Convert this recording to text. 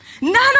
None